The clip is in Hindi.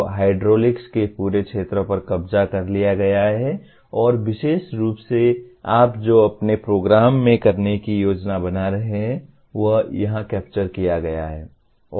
तो हाइड्रोलिक्स के पूरे क्षेत्र पर कब्जा कर लिया गया है और विशेष रूप से आप जो अपने प्रोग्राम में करने की योजना बना रहे हैं वह यहां कैप्चर किया गया है